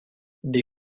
des